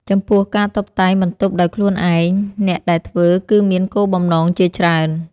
ចំពោះ ការតុបតែងបន្ទប់ដោយខ្លួនឯង អ្នកដែលធ្វើគឺមានគោលបំណងជាច្រើន។